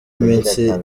iminsi